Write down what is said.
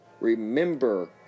remember